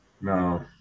no